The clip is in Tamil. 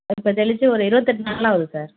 இப்போது தெளித்து ஒரு இருபத்தெட்டு நாளாகுது சார்